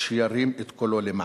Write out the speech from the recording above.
שירים את קולו למעני".